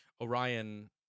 Orion